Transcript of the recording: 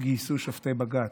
גייסו שופטי בג"ץ?